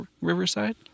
Riverside